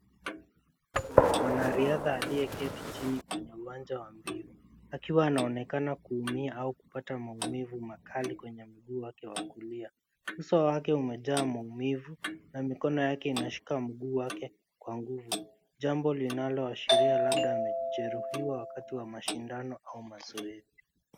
Kuna mwanariadha aliyeketi chini kwenye uwanja wa mbio, akiwa anaonekana kuumia au kupata maumivu makali kwenye mguu wake wa kulia. Uso wake umejaa maumivu na mikono yake inashika mguu wake kwa nguvu, jambo linaloashiria labda amejeruhiwa wakati wa mashindano au mazoezi.